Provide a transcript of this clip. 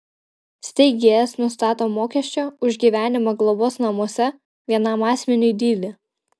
steigėjas nustato mokesčio už gyvenimą globos namuose vienam asmeniui dydį